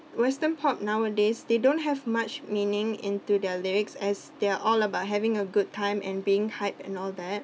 pop nowadays they don't have much meaning into their lyrics as they're all about having a good time and being hype and all that